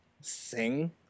sing